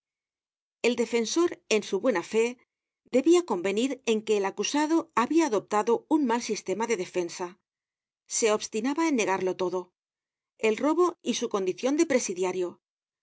el defensor en su buena fe debia convenir en que el acusado habia adoptado un mal sistema de defensa se obstinada en negarlo todo el robo y su condicion de presidiario